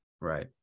Right